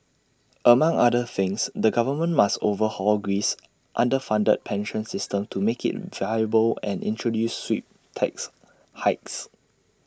among other things the government must overhaul Greece's underfunded pension system to make IT viable and introduce sweep tax hikes